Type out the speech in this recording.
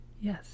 yes